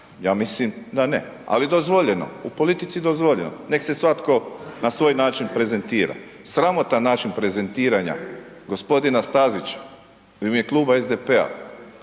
Ja mislim da ne, ali je dozvoljeno, u politici je dozvoljeno, nek se svatko na svoj način prezentira. Sramotan način prezentiranja g. Stazića u ime Kluba SDP-a